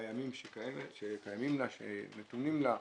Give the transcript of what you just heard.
בימים שנתונים לה,